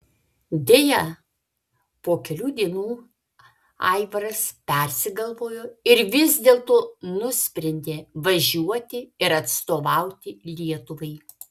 deja po kelių dienų aivaras persigalvojo ir vis dėlto nusprendė važiuoti ir atstovauti lietuvai